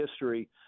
history